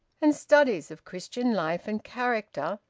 and studies of christian life and character,